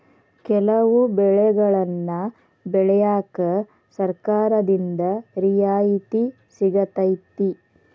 ಕೆಲವು ಬೆಳೆಗನ್ನಾ ಬೆಳ್ಯಾಕ ಸರ್ಕಾರದಿಂದ ರಿಯಾಯಿತಿ ಸಿಗತೈತಿ